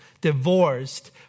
divorced